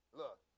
look